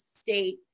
state